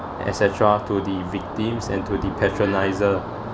et cetera to the victims and to the patroniser